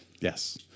Yes